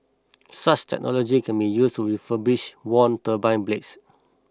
such technology can be used to refurbish worn turbine blades